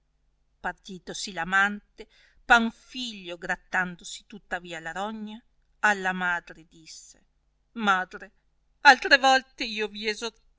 partitosi l amante panfilio grattandosì tuttavia la rogna alla madre disse madre altre volte io viso